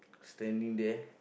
standing there